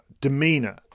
demeanor